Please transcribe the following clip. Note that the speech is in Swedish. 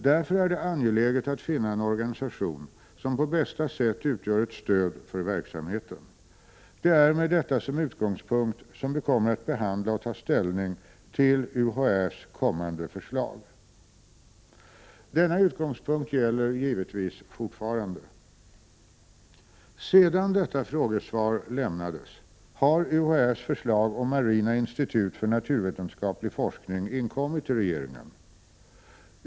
Därför är det angeläget att finna en organisation som på bästa sätt utgör ett stöd för verksamheten. Det är med detta som utgångspunkt som vi kommer att behandla och ta ställning till UHÄ:s kommande förslag.” Denna utgångspunkt gäller givetvis fortfarande. Sedan detta frågesvar lämnades har UHÄ:s förslag om marina institut för naturvetenskaplig forskning inkommit till regeringen.